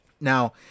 Now